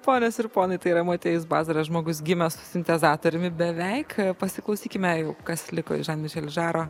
ponios ir ponai tai yra motiejus bazaras žmogus gimęs su sintezatoriumi beveik pasiklausykime jau kas liko iš žan mišel žaro